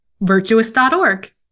Virtuous.org